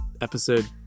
episode